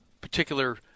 particular